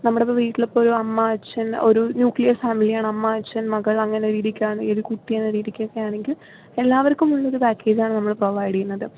നമ്മുടെ ഇപ്പോൾ വീട്ടിലിപ്പോൾ ഒരു അമ്മ അച്ഛൻ ഒരു ന്യൂക്ലിയർ ഫാമിലി ആണ് അമ്മ അച്ഛൻ മകൾ അങ്ങനെ ഒരു രീതിയ്ക്ക് ആണെങ്കിൽ ഇത് കുട്ടി എന്ന രീതിയ്ക്ക് ഒക്കെ ആണെങ്കിൽ എല്ലാവർക്കും ഉള്ളൊരു പാക്കേജാണ് നമ്മൾ പ്രൊവൈഡ് ചെയ്യുന്നത്